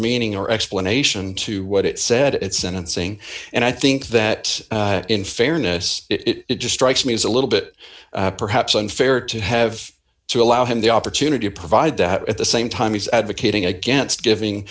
meaning or explanation to what it said at sentencing and i think that in fairness it just strikes me as a little bit perhaps unfair to have to allow him the opportunity to provide that at the same time he's advocating against giving